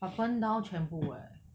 but burn down 全部 eh